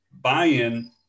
buy-in